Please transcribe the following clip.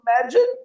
imagine